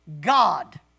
God